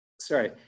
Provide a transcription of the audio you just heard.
sorry